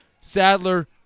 Sadler